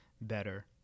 better